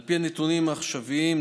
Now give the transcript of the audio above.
על פי הנתונים העכשוויים,